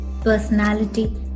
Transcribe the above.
Personality